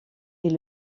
est